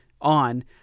on